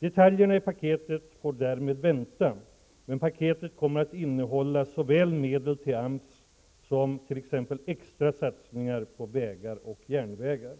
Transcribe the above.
Detaljerna i paketet får därmed vänta, men paketet kommer att innehålla såväl medel till AMS som t.ex. extra satsningar på vägar och järnvägar.